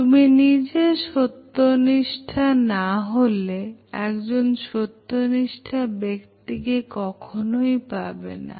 তুমি নিজে সত্যনিষ্ঠা না হলে একজন সত্যনিষ্ঠা ব্যক্তি কে কখনো পাবেনা